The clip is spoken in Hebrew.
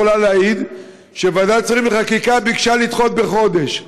היא יכולה להעיד שוועדת השרים לחקיקה ביקשה לדחות בחודש.